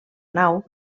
nau